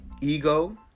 Ego